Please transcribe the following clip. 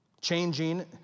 Changing